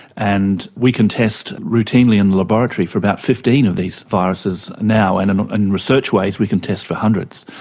and we can test routinely in the laboratory for about fifteen of these viruses now, and and and in research ways we can test for hundreds.